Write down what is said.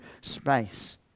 space